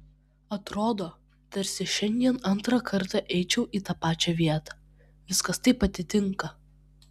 atrodo tarsi šiandien antrą kartą eičiau į tą pačią vietą viskas taip atitinka